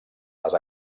les